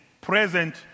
present